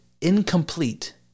incomplete